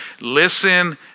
listen